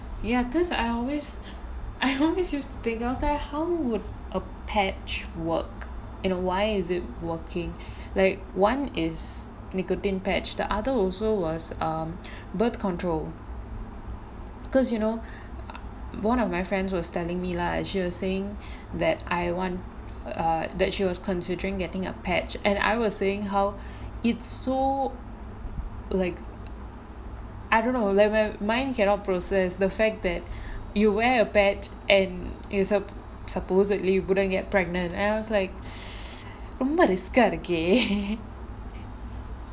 ya because I always I always used to think I was like how would a patch work and why is it working like one is nicotine patch the other also was err birth control because you know one of my friends was telling me lah like she was saying that I want err that she was considering getting a patch and I was saying how it's so like I don't know like my mind cannot process the fact that you wear a patch and you su~ supposedly wouldn't get pregnant and I was like ரொம்ப:romba risk ah இருக்கே:irukkae